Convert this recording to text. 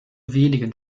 wenigen